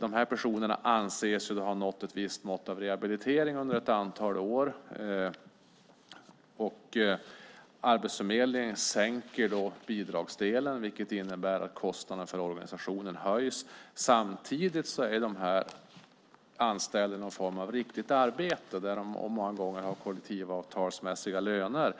de här personerna anses ha nått ett visst mått av rehabilitering under ett antal år. Arbetsförmedlingen sänker bidragsdelen, vilket innebär att kostnaden för organisationerna höjs. Samtidigt är de här personerna anställda i någon form av riktigt arbete där de många gånger har kollektivavtalsmässiga löner.